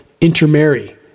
intermarry